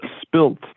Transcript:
spilt